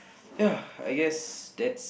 ya I guess that's